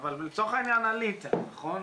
אבל לצורך העניין עליתם, נכון?